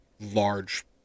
large